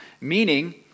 Meaning